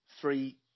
three